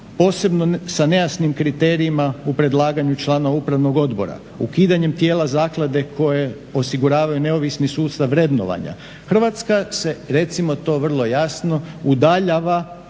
posebno sa nejasnim kriterijima u predlaganju članova upravnog odbora, ukidanjem tijela zaklade koje osiguravaju neovisni sustav vrednovanja Hrvatska se recimo to vrlo jasno udaljava